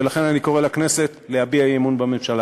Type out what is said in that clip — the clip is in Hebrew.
ולכן אני קורא לכנסת להביע אי-אמון בממשלה.